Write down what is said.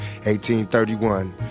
1831